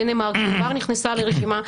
דנמרק כבר נכנסה לרשימה,